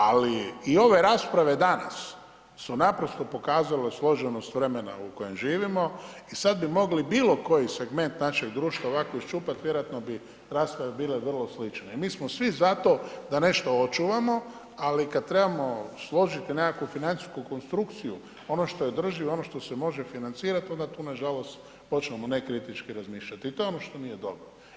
Ali i ove rasprave danas su naprosto pokazale složenost vremena u kojem živimo i sad bi mogli bilo koji segment našeg društva ovako iščupati, vjerojatno bi rasprave bilo vrlo slične i mi smo svi za to, da nešto očuvamo, ali kad trebamo složiti nekakvu financijsku konstrukciju, ono što je održivo i ono što se može financirati, onda tu nažalost počnemo nekritički razmišljati i to je ono što nije dobro.